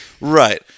Right